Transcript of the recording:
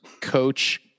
coach